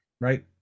Right